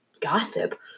gossip